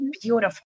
beautiful